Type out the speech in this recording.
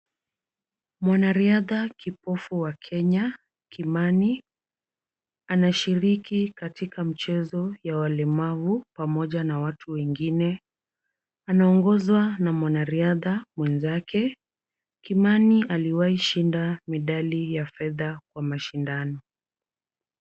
Mwanariadha kipofu wa Kenya, Kimani anashiriki katika mchezo wa walemavu pamoja na watu wengine. Anaongozwa na wanariadha wenzake. Kimani aliwa shinda medali ya fedha katika mashindano.